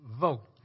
vote